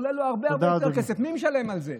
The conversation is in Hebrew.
עולה לו הרבה הרבה יותר כסף, מי משלם על זה?